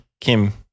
Kim